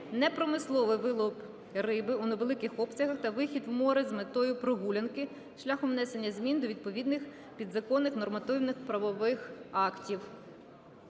непромисловий вилов риби у невеликих обсягах та вихід в море з метою прогулянки, шляхом внесення змін до відповідних підзаконних нормативно-правових актів.